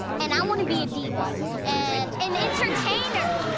and i wanna be a diva and an entertainer.